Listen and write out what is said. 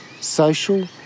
social